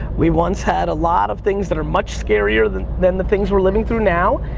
we once had a lot of things that are much scarier than than the things we're living through now,